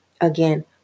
Again